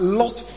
lost